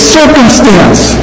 circumstance